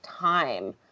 time